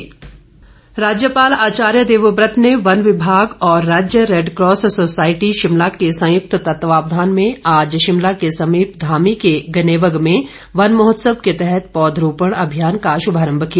राज्यपाल राज्यपाल आचार्य देवव्रत ने वन विभाग और राज्य रैडक्रॉस सोसायटी शिमला के संयुक्त तत्वावधान में आज शिमला के समीप धामी के गनेवग में वन महोत्सव के तहत पौधरोपण अभियान का श्भारम्भ किया